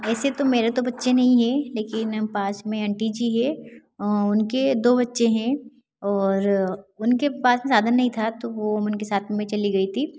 ऐसे तो मेरे तो बच्चे नहीं है लेकिन पास में आंटी जी है उनके दो बच्चे हैं और उनके पास साधन नहीं था तो वह हम उनके साथ में चली गई थी